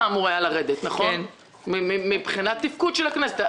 אמור היה לרדת מבחינת תפקוד של הכנסת.